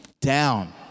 down